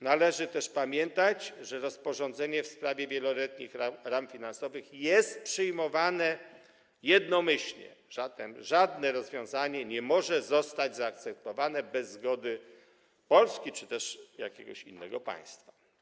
Należy też pamiętać, że rozporządzenie w sprawie wieloletnich ram finansowych jest przyjmowane jednomyślnie, zatem żadne rozwiązanie nie może zostać zaakceptowane bez zgody Polski czy też jakiegoś innego państwa.